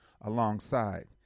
alongside